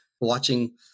watching